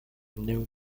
new